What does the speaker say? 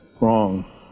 wrong